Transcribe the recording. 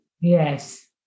Yes